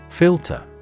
Filter